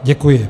Děkuji.